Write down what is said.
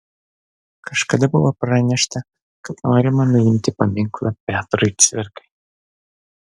kažkada buvo pranešta kad norima nuimti paminklą petrui cvirkai